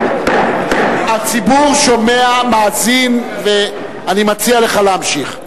הציבור שומע, מאזין, ואני מציע לך להמשיך.